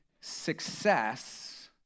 success